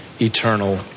eternal